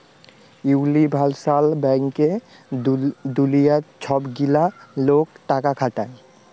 universal ব্যাংকে দুলিয়ার ছব গিলা লক টাকা খাটায়